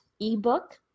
ebook